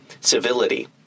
Civility